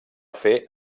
fer